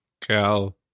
Cal